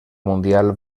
mundial